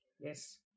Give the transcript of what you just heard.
Yes